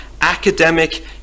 academic